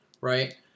Right